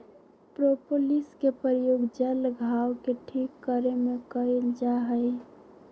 propolis के प्रयोग जल्ल घाव के ठीक करे में कइल जाहई